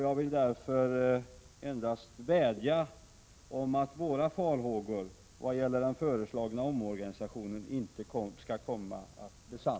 Jag kan därför endast hoppas att våra farhågor vad gäller den föreslagna omorganisationen inte skall besannas.